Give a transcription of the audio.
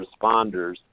responders